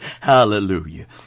Hallelujah